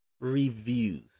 reviews